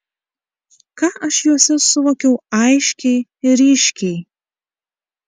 ką aš juose suvokiau aiškiai ir ryškiai